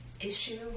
issue